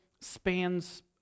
spans